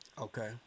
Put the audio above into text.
okay